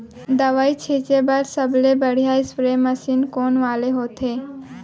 दवई छिंचे बर सबले बढ़िया स्प्रे मशीन कोन वाले होथे?